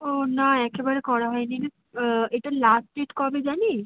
ও না একেবারে করা হয় নি রে এটার লাস্ট ডেট কবে জানিস